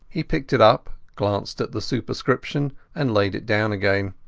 he picked it up, glanced at the superscription, and laid it down again.